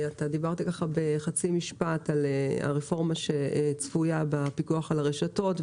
דיברת בחצי משפט על הרפורמה הצפויה בפיקוח על הרשתות.